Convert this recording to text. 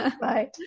Bye